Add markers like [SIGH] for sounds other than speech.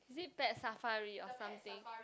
is it Pet Safari or something [NOISE]